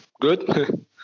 good